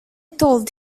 told